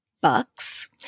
Bucks